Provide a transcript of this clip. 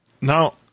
Now